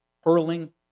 hurling